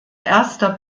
erster